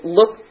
look